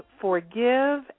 Forgive